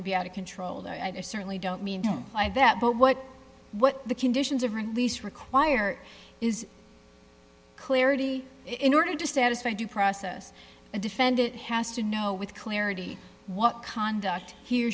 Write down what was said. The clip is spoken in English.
would be out of control though i certainly don't mean to imply that but what what the conditions of release require is clarity in order to satisfy due process a defendant has to know with clarity what conduct he or